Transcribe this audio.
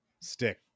stick